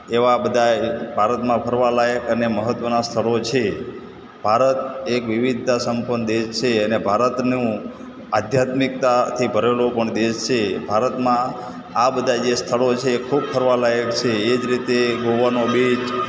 જેવા બધાય ભારતનાં ફરવાલાયક અને મહત્ત્વનાં સ્થળો છે ભારત એક વિવિધતા સંપન્ન દેશ છે અને ભારતનું અધ્યાત્મિકતાથી ભરેલો પણ દેશ છે ભારતમાં આ બધા જે સ્થળો છે એ ખૂબ ફરવાલાયક છે એ જ રીતે ગોવાનો બીચ